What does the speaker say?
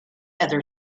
other